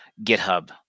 GitHub